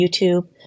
YouTube